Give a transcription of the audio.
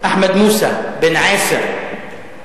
אחמד מוסא, בן 10,